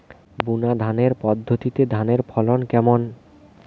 বুনাধানের পদ্ধতিতে ধানের ফলন কেমন?